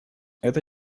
это